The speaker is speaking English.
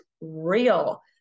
real